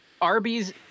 Arby's